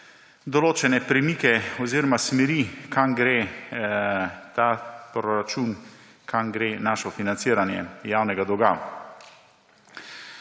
določeni premiki oziroma smeri, kam gre ta proračun, kam gre naše financiranje javnega dolga.